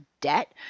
debt